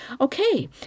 Okay